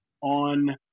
on